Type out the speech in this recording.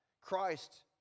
Christ